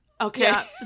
Okay